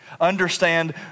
understand